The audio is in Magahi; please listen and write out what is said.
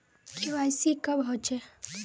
के.वाई.सी कब होचे?